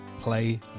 play